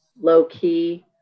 low-key